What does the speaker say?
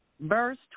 Verse